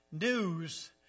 news